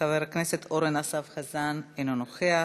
חבר הכנסת אורן אסף חזן, אינו נוכח,